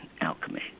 alchemy